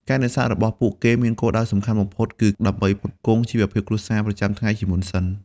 ការនេសាទរបស់ពួកគេមានគោលដៅសំខាន់បំផុតគឺដើម្បីផ្គត់ផ្គង់ ជីវភាពគ្រួសារ ប្រចាំថ្ងៃជាមុនសិន។